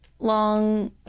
long